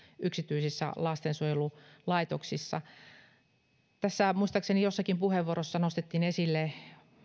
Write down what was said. yksityisissä lastensuojelulaitoksissa tässä muistaakseni jossakin puheenvuorossa nostettiin esille